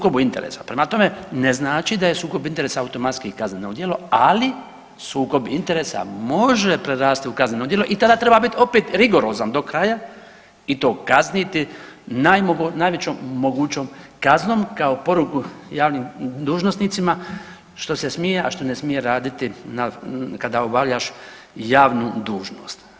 Prema tome, ne znači da je sukob interesa automatski kazneno djelo, ali sukob interesa može prerasti u kazneno djelo i tada treba biti opet rigorozan do kraja i to kazniti najvećom mogućom kaznom kao poruku javnim dužnosnicima što se smije a što ne smije raditi kada obavljaš javnu dužnost.